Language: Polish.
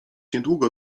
niedługo